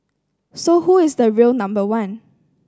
so who is the real number one